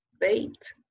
date